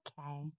okay